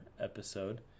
episode